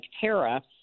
Tara